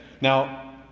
Now